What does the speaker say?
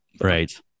Right